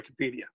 wikipedia